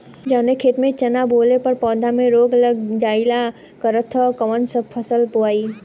जवने खेत में चना बोअले पर पौधा में रोग लग जाईल करत ह त कवन फसल बोआई?